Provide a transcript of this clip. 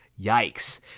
Yikes